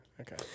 Okay